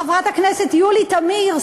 חברת הכנסת יולי תמיר,